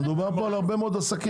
אבל מדובר פה על הרבה מאוד עסקים,